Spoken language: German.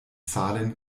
zahlen